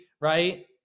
right